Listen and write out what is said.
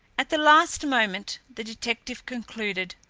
at the last moment, the detective concluded,